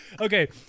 Okay